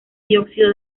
dióxido